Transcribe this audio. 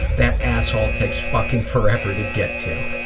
that asshole takes fucking forever to get to.